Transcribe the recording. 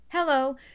Hello